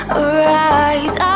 arise